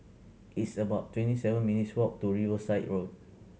it's about twenty seven minutes' walk to Riverside Road